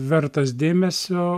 vertas dėmesio